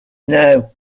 now